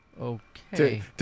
Okay